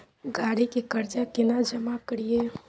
गाड़ी के कर्जा केना जमा करिए?